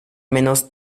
menos